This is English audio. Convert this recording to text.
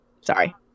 Sorry